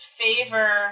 favor